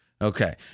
Okay